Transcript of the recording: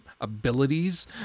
abilities